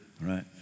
right